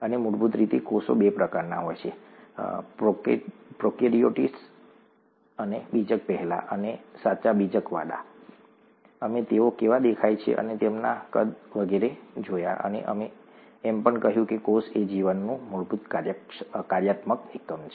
અને મૂળભૂત રીતે કોષો બે પ્રકારના હોય છે પ્રોકેરીયોટ્સ બીજક પહેલા અને સાચા બીજકવાળા અમે તેઓ કેવા દેખાય છે અને તેમના કદ વગેરે જોયા અને અમે એમ પણ કહ્યું કે કોષ એ જીવનનું મૂળભૂત કાર્યાત્મક એકમ છે